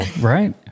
right